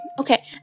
Okay